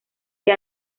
que